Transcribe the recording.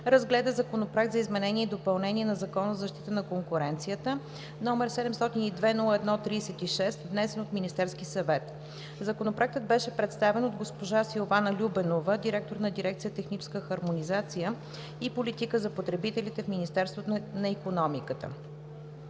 разгледа Законопроект за изменение и допълнение на Закона на защита на конкуренцията, № 702-01-36, внесен от Министерския съвет. Законопроектът беше представен от госпожа Силвана Любенова – директор на дирекция ,,Техническа хармонизация и политика за потребителите“ в Министерството на икономиката.